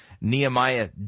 Nehemiah